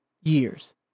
years